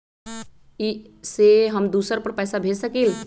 इ सेऐ हम दुसर पर पैसा भेज सकील?